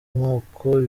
amoko